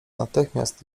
natychmiast